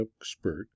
expert